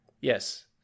Yes